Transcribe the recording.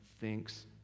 thinks